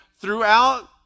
throughout